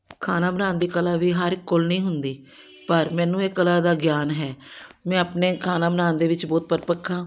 ਖਾਣਾ ਬਣਾਉਣ ਦੀ ਕਲਾ ਵੀ ਹਰ ਇੱਕ ਕੋਲ ਨਹੀਂ ਹੁੰਦੀ ਪਰ ਮੈਨੂੰ ਇਹ ਕਲਾ ਦਾ ਗਿਆਨ ਹੈ ਮੈਂ ਆਪਣੇ ਖਾਣਾ ਬਣਾਉਣ ਦੇ ਵਿੱਚ ਬਹੁਤ ਪਰਪੱਕ ਹਾਂ